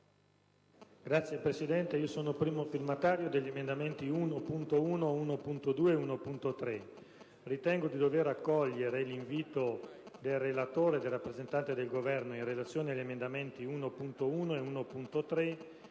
Signora Presidente, sono il primo firmatario degli emendamenti 1.1 (testo 2), 1.2 e 1.3. Ritengo di dover accogliere l'invito del relatore e del rappresentante del Governo in relazione agli emendamenti 1.1 (testo